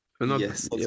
yes